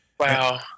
Wow